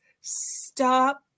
stop